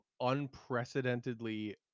unprecedentedly